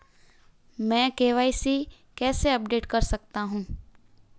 मैं के.वाई.सी कैसे अपडेट कर सकता हूं?